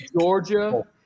Georgia